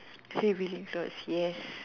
tree willing towards yes